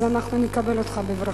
אז אנחנו נקבל אותך בברכה.